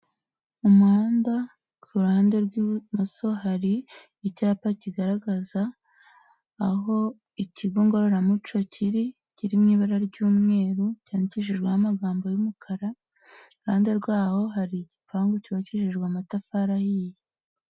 Umuhanda ku ruhande rw'ibumoso hari icyapa kigaragaza aho ikigo ngororamuco kiri, kiri mu ibara ry'umweru cyandikishijweho amagambo y'umukara, iruhande rwaho hari igipangu cyubakishijwe amatafari ahiye.